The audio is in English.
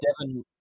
Devin